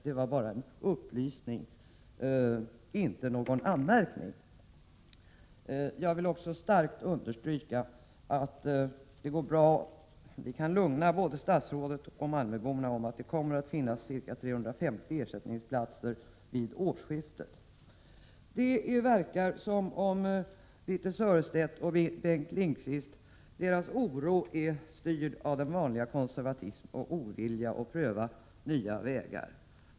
— Det var bara en upplysning, inte någon anmärkning. Jag vill också starkt understryka att det går bra att lugna både statsrådet och malmöborna med att det kommer att finnas ca 350 ersättningsplatser vid årsskiftet. Det verkar som om Birthe Sörestedts och Bengt Lindqvists oro är styrd av deras gamla vanliga konservatism och ovilja att pröva nya vägar.